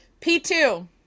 P2